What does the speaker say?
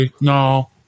No